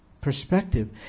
perspective